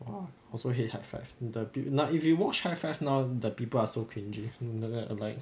!wah! I also hate high five the not if you watch high five now the people are so cringed as in err like